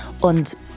Und